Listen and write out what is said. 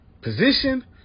position